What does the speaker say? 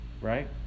right